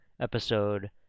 episode